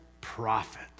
prophet